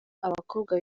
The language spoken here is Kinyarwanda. abakobwa